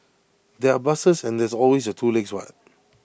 there are buses and there's always your two legs what